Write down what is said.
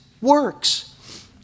works